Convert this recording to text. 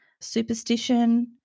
superstition